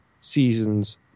seasons